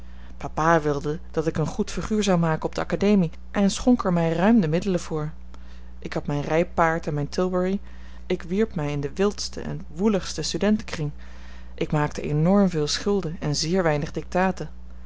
papa wilde dat ik een goed figuur zou maken op de academie en schonk er mij ruim de middelen voor ik had mijn rijpaard en mijn tilbury ik wierp mij in den wildsten en woeligsten studentenkring ik maakte enorm veel schulden en zeer weinig dictaten